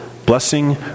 Blessing